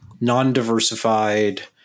non-diversified